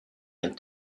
and